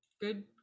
good